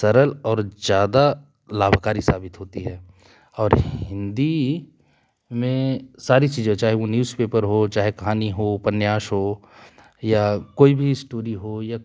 सरल और ज्यादा लाभकारी साबित होती है और हिंदी में सारी चीज़ें चाहे वह न्यूज़ पेपर हो चाहे कहानी हो उपन्यास हो या कोई भी स्टूडियो हो या